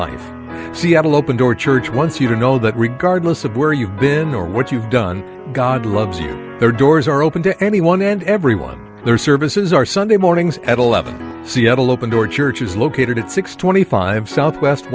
an open door church once you are known but regardless of where you've been or what you've done god loves you there doors are open to anyone and everyone their services are sunday mornings at eleven seattle open door church is located at six twenty five south west